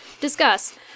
discuss